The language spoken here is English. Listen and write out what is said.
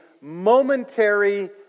momentary